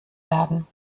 werden